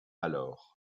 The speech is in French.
alors